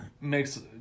makes